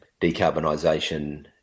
decarbonisation